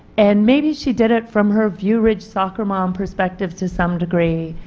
and maybe she did it from her view rich soccer mom perspective to some degree,